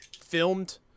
Filmed